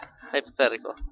hypothetical